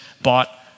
bought